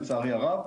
לצערי הרב.